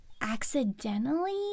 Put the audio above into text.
accidentally